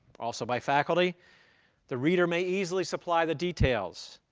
also by faculty the reader may easily supply the details.